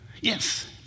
Yes